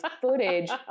footage